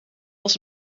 als